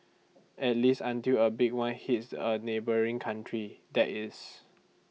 at least until A big one hits A neighbouring country that is